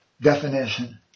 definition